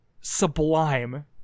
sublime